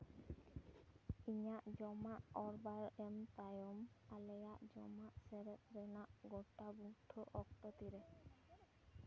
ᱤᱧᱟᱹᱜ ᱡᱚᱢᱟᱜ ᱚᱨᱵᱟᱨ ᱮᱢ ᱛᱟᱭᱚᱢ ᱟᱞᱮᱭᱟᱜ ᱡᱚᱢᱟᱜ ᱥᱮᱴᱮᱨ ᱨᱮᱱᱟᱜ ᱜᱚᱴᱟ ᱵᱩᱴᱷᱟᱹ ᱚᱠᱛᱚ ᱛᱤᱨᱮ